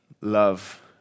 Love